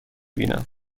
بینم